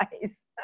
guys